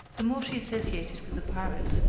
the more she associated with the pirates,